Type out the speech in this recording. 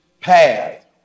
path